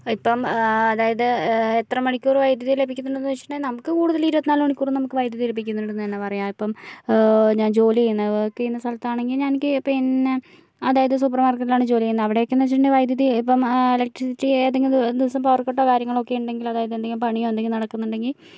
ഇപ്പം അതായത് എത്ര മണിക്കൂറ് വൈദ്യുതി ലഭിക്കുന്നുണ്ടെന്ന് വച്ചിട്ടുണ്ടെൽ നമുക്ക് കൂടുതല് ഇരുപത്തിനാല് മണിക്കൂറും നമുക്ക് വൈദ്യുതി ലഭിക്കുന്നുണ്ടെന്ന് തന്നെ പറയാം ഇപ്പം ഞാൻ ജോലി ചെയ്യുന്ന വർക്ക് ചെയ്യുന്ന സ്ഥലത്താണെങ്കി ഞാ എനിക്ക് പിന്നെ അതായത് സൂപ്പർ മാർക്കറ്റിലാണ് ജോലി ചെയ്യുന്നത് അവിടേക്കെന്ന് വച്ചിട്ടുണ്ടെങ്കിൽ വൈദ്യുതി ഇപ്പം എലെക്ട്രിസിറ്റി ഏതെങ്കിലും ഒരു ദിവസം പവർ കട്ടോ കാര്യങ്ങളൊക്കെ ഉണ്ടെങ്കിലതായത് എന്തെങ്കിലും പണിയോ എന്തെങ്കിലും നടക്കുന്നുണ്ടെങ്കിൽ